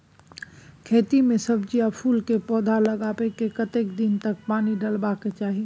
खेत मे सब्जी आ फूल के पौधा लगाबै के कतेक दिन तक पानी डालबाक चाही?